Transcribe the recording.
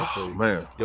man